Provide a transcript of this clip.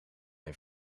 een